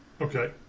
Okay